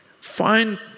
Find